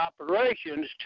operations